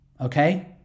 okay